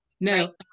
No